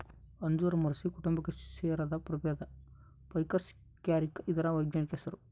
ಅಂಜೂರ ಮೊರಸಿ ಕುಟುಂಬಕ್ಕೆ ಸೇರಿದ ಪ್ರಭೇದ ಫೈಕಸ್ ಕ್ಯಾರಿಕ ಇದರ ವೈಜ್ಞಾನಿಕ ಹೆಸರು